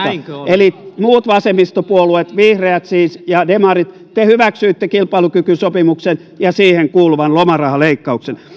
eli muut vasemmistopuolueet siis vihreät ja demarit te hyväksyitte kilpailukykysopimuksen ja siihen kuuluvan lomarahaleikkauksen